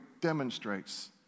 demonstrates